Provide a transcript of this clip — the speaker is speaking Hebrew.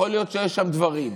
יכול להיות שיש שם דברים,